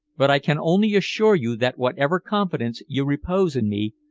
but i can only assure you that whatever confidence you repose in me,